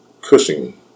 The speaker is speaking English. Cushing